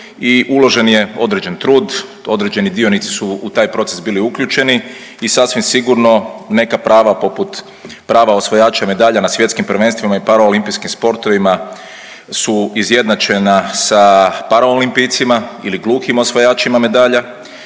uložen je određen trud, određeni dionici su u taj proces bili uključeni i sasvim sigurno neka prava poput prava osvajača medalja na svjetskim prvenstvima i paraolimpijskim sportovima su izjednačena sa paraolimpijcima ili gluhim osvajačima medalja,